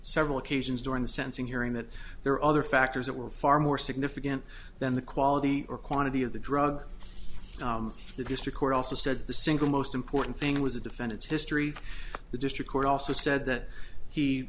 several occasions during the sensing hearing that there were other factors that were far more significant than the quality or quantity of the drug the district court also said the single most important thing was the defendant's history the district court also said that he